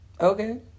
okay